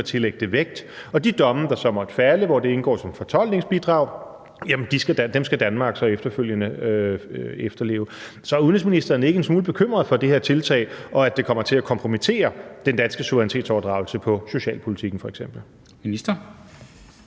tillægge det vægt. Og de domme, der så måtte falde, hvor det indgår som fortolkningsbidrag, skal Danmark så efterfølgende efterleve. Så er udenrigsministeren ikke en smule bekymret for det her tiltag og for, at det kommer til at kompromittere den danske suverænitetsoverdragelse på socialpolitikken f.eks.? Kl. 13:12